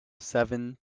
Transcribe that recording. seven